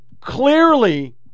clearly